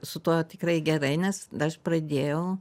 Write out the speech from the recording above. su tuo tikrai gerai nes aš pradėjau